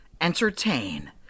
entertain